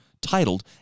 titled